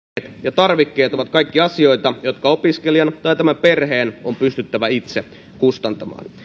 ja tarvikkeet ovat kaikki asioita jotka opiskelijan tai tämän perheen on pystyttävä itse kustantamaan